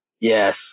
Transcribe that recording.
Yes